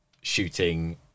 shooting